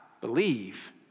believe